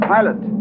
Pilot